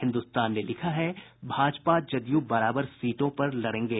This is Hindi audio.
हिन्दुस्तान ने लिखा है भाजपा जदयू बराबर सीटों पर लड़ेंगे